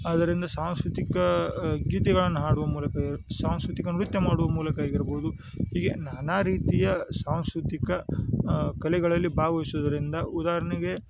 ಆದರಿಂದ ಸಾಂಸ್ಕೃತಿಕ ಗೀತೆಗಳನ್ನು ಹಾಡುವ ಮೂಲಕ ಸಾಂಸ್ಕೃತಿಕ ನೃತ್ಯ ಮಾಡುವ ಮೂಲಕ ಆಗಿರಬೌದು ಹೀಗೆ ನಾನಾ ರೀತಿಯ ಸಾಂಸ್ಕೃತಿಕ ಕಲೆಗಳಲ್ಲಿ ಭಾಗವಹಿಸುವುದರಿಂದ ಉದಾಹರಣೆಗೆ